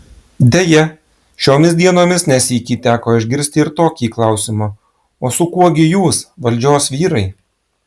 deja šiomis dienomis ne sykį teko išgirsti ir tokį klausimą o su kuo gi jūs valdžios vyrai